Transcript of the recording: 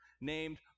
named